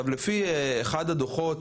לפי אחד הדוחות,